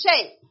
shape